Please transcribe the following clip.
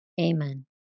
Amen